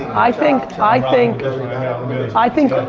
i think, i think. i think,